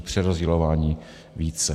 Přerozdělování více.